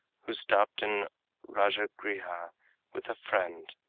who stopped in rajagriha with a friend.